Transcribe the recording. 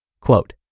Quote